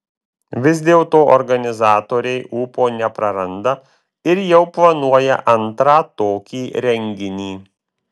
vis dėlto organizatoriai ūpo nepraranda ir jau planuoja antrą tokį renginį